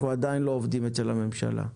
אנחנו עדיין לא עובדים אצל הממשלה.